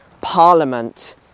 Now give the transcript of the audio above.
parliament